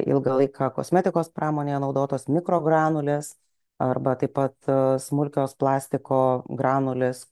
ilgą laiką kosmetikos pramonėje naudotos mikro granulės arba taip pat smulkios plastiko granulės